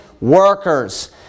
workers